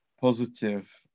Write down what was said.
positive